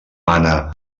mana